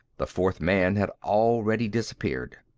the fourth man had already disappeared.